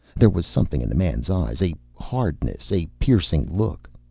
there was something in the man's eyes, a hardness, a piercing look.